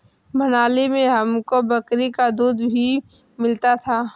मनाली में हमको बकरी का दूध ही मिलता था